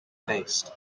faced